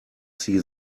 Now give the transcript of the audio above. see